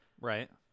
right